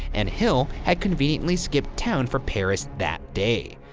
and hill had conveniently skipped town for paris that day.